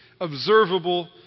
observable